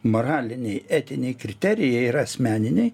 moraliniai etiniai kriterijai yra asmeniniai